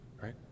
right